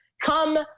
come